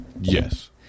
Yes